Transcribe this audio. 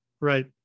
right